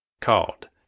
Called